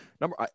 Number